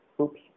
Oops